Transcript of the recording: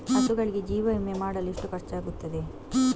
ಹಸುಗಳಿಗೆ ಜೀವ ವಿಮೆ ಮಾಡಲು ಎಷ್ಟು ಖರ್ಚಾಗುತ್ತದೆ?